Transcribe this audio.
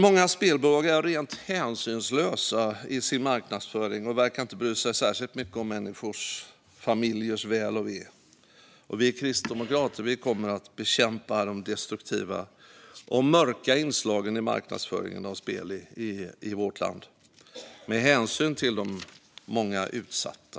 Många spelbolag är dock rent hänsynslösa i sin marknadsföring och verkar inte bry sig särskilt mycket om människors och familjers väl och ve. Vi kristdemokrater kommer att bekämpa de destruktiva och mörka inslagen i marknadsföringen av spel i vårt land, med hänsyn till de många utsatta.